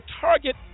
target